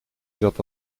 zat